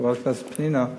חברת הכנסת פנינה,